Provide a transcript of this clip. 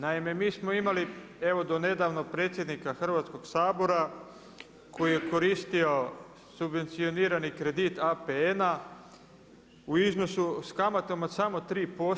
Naime, mi smo imali evo do nedavno predsjednika Hrvatskoga sabora koji je koristio subvencionirani kredit APN-a u iznosu, sa kamatom od samo 3%